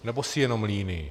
Nebo jsi jenom líný?